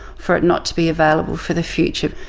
for it not to be available for the future,